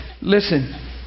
listen